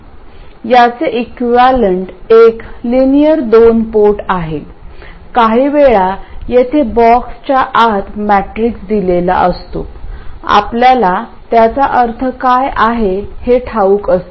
याचे इक्विवलेंट एक लिनियर दोन पोर्ट आहे काहीवेळा येथे बॉक्सच्या आत मॅट्रिक्स दिलेला असतो आपल्याला त्याचा अर्थ काय आहे हे ठाऊक असते